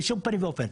בשום פנים ואופן.